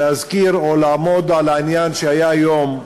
להזכיר או לעמוד על העניין שהיה היום.